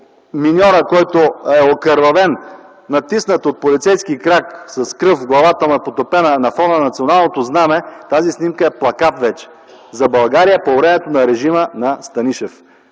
миньора, окървавен, натиснат от полицейски крак, с кръв, главата му е потопена на фона на националното знаме, тази снимка вече е плакат за България по времето на режима на Станишев.